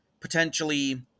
potentially